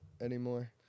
anymore